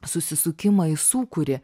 susisukimą į sūkurį